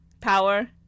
power